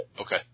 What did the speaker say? okay